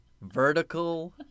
Vertical